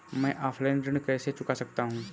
मैं ऑफलाइन ऋण कैसे चुका सकता हूँ?